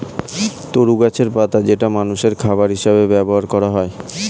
তরু গাছের পাতা যেটা মানুষের খাবার হিসেবে ব্যবহার করা হয়